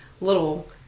little